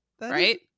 Right